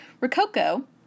Rococo